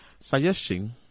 suggesting